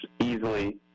easily